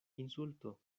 insulto